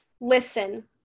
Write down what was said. listen